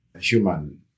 human